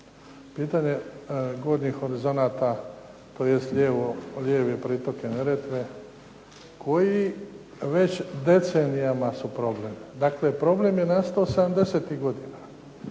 Pitanje Gornjih horizonata tj. lijevi pritok Neretve koji već decenijima su problem. Dakle, problem je nastao sedemdsetih